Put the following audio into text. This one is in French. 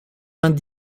vingt